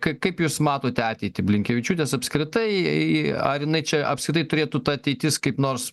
kaip kaip jūs matote ateitį blinkevičiūtės apskritai ar jinai čia apskritai turėtų ta ateitis kaip nors